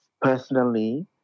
personally